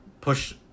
push